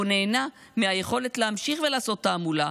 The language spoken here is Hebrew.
והוא נהנה מהיכולת להמשיך ולעשות תעמולה